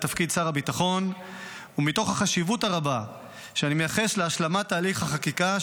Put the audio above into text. לתפקיד שר הביטחון ומתוך החשיבות הרבה שאני מייחס להשלמת תהליך החקיקה,